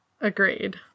Agreed